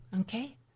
okay